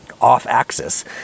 off-axis